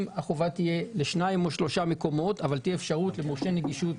אם החובה תהיה לשניים או לשלושה מקומות אבל תהיה אפשרות למורשה נגישות,